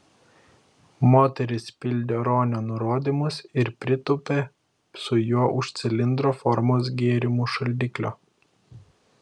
moteris pildė ronio nurodymus ir pritūpė su juo už cilindro formos gėrimų šaldiklio